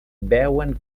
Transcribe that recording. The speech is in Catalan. veuen